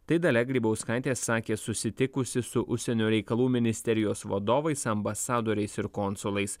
tai dalia grybauskaitė sakė susitikusi su užsienio reikalų ministerijos vadovais ambasadoriais ir konsulais